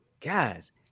guys